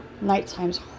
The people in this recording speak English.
Nighttime's